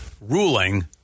ruling